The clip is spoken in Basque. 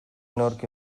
nork